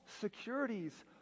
securities